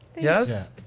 Yes